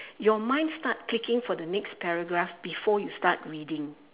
your mind start clicking for the next paragraph before you start reading